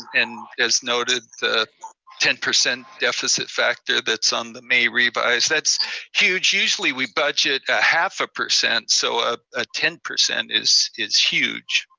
and as noted, the ten percent deficit factor that's on the may revise, that's huge. usually, we budget ah half a percent, so a ah ten percent is is huge.